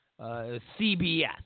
CBS